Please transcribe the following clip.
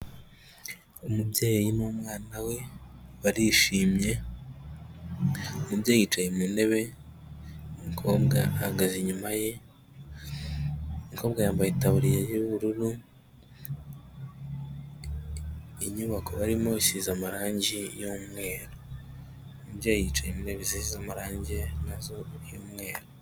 Umubyeyi n'umwana we barishimye, umubyeyi yicaye mu ntebe, umukobwa ahagaze inyuma ye, umukobwa yambaye itaburiya y'ubururu, inyubako barimo isize amarangi y'umweru. Umubyeyi yicaye mu ntebe zisize amarangi na zo y'umweru.